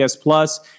plus